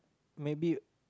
maybe